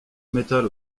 metal